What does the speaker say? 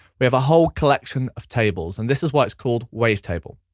we have a whole collection of tables. and this is why it's called wavetable.